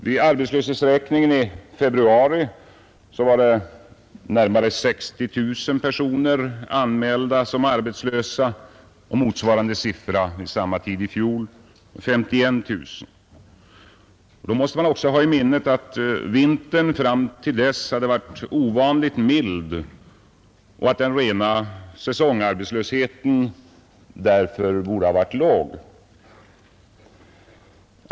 Vid arbetslöshetsräkningen i februari var närmare 60 000 personer anmälda som arbetslösa och motsvarande siffra vid samma tid i fjol var 51 000. Man måste i detta sammanhang också hålla i minnet att vintern fram till helt nyligen varit ovanligt mild och att den rena säsongarbetslösheten därför bort vara låg.